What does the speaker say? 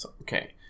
Okay